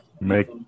make